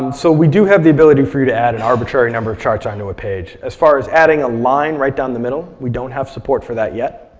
and so we do have the ability for you to add an arbitrary number of charts onto a page. as far as adding a line right down the middle, we don't have support for that yet.